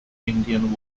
indian